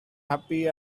happy